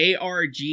ARG